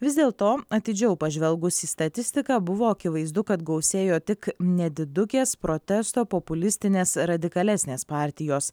vis dėl to atidžiau pažvelgus į statistiką buvo akivaizdu kad gausėjo tik nedidukės protesto populistinės radikalesnės partijos